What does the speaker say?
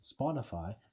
Spotify